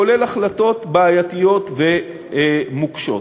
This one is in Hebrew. כולל החלטות בעייתיות ומוקשות.